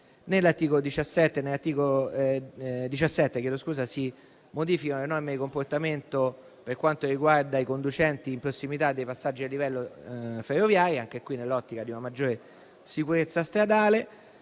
l'articolo 17 si modificano le norme di comportamento per quanto riguarda i conducenti in prossimità dei passaggi a livello ferroviari, anche qui nell'ottica di una maggiore sicurezza stradale.